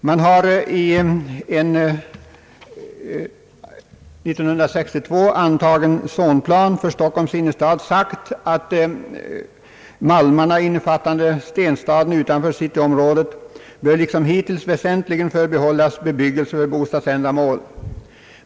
I en år 1962 antagen zonplan för Stockholms innerstad har bestämts att malmarna, innefattande <stenstaden utanför cityområdet, liksom hittills väsentligen bör förbehållas för bostadsändamål.